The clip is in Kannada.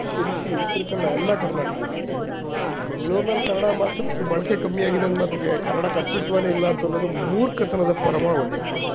ಶಿರಸಿ ಉತ್ತರ ಕನ್ನಡ ಎಲ್ಲ ಕರ್ನಾಟಕವೇ ಬೆಂಗಳೂರಿನಲ್ಲಿ ಕನ್ನಡ ಮಾತು ಸ್ವಲ್ಪ ಬಳಕೆ ಕಮ್ಮಿಯಾಗಿದೆ ಅಂದ ಮಾತ್ರಕ್ಕೆ ಕನ್ನಡಕ್ಕೆ ಅಸ್ತಿತ್ವವೇ ಇಲ್ಲ ಅಂತನ್ನೋದು ಮೂರ್ಖತನದ ಪರಮಾವಧಿ